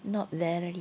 not very nice